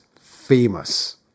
famous